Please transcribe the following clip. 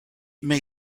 may